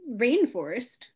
rainforest